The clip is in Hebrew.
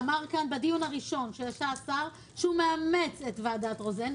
בדיון הראשון אמר כאן השר שהוא מאמץ את המלצות ועדת רוזן.